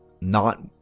not-